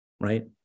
Right